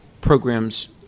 programs